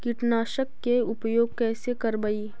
कीटनाशक के उपयोग कैसे करबइ?